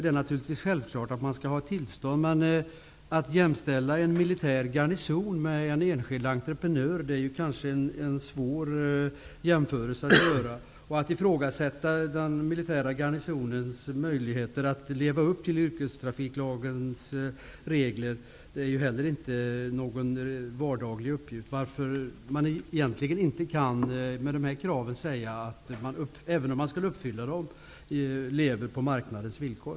Det är givetvis självklart att man skall ha tillstånd. Men att jämställa en militär garnison med en enskild entreprenör låter sig svårligen göras. Att ifrågasätta den militära garnisonens möjligheter att leva upp till yrkestrafiklagens regler är inte någon vardaglig uppgift. Även om kraven uppfylls kan man inte säga att garnisonen lever på marknadens villkor.